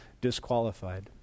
disqualified